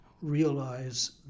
realize